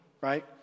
Right